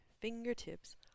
fingertips